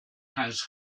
has